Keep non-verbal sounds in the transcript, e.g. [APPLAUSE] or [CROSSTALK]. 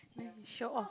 [NOISE] show off